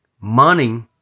money